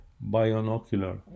binocular